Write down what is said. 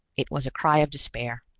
it was a cry of despair.